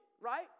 right